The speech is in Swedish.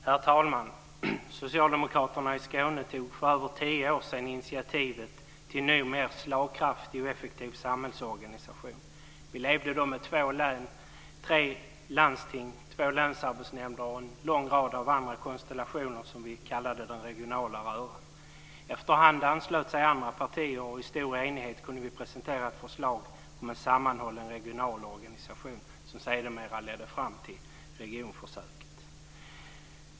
Herr talman! Socialdemokraterna i Skåne tog för över tio år sedan initiativet till en ny, mer slagkraftig och effektiv samhällsorganisation. Vi levde då med två län, tre landsting, två länsarbetsnämnder och en lång rad av andra konstellationer som vi kallade den regionala röran. Efterhand anslöt sig andra partier, och i stor enighet kunde vi presentera ett förslag med sammanhållen regional organisation, som sedermera ledde fram till regionförsöket.